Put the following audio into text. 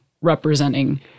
representing